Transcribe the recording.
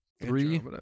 Three